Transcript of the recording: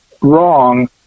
wrong